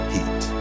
Heat